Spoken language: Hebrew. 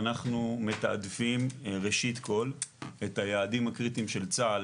אנחנו מתעדפים ראשית כל את היעדים הקריטיים של צה"ל